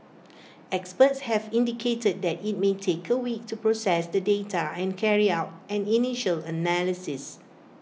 experts have indicated that IT may take A week to process the data and carry out an initial analysis